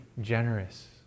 generous